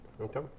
Okay